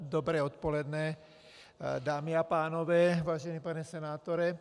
Dobré odpoledne, dámy a pánové, vážený pane senátore.